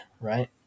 right